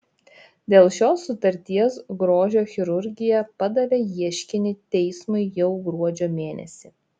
dėl šios sutarties grožio chirurgija padavė ieškinį teismui jau gruodžio mėnesį